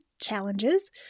challenges